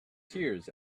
tears